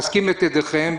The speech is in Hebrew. אנחנו מחזקים את ידיכם.